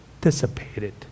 dissipated